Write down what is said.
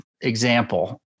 example